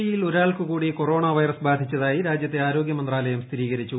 E യിൽ ഒരാൾക്ക് കൂടി കൊറോണ വൈറസ് ബാധിച്ചതായി രാജ്യത്തെ ആരോഗ്യ മന്ത്രാലയം സ്ഥിരീകരിച്ചു